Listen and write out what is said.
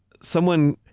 someone,